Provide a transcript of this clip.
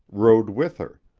rode with her.